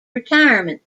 retirement